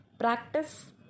Practice